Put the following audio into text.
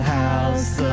house